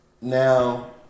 Now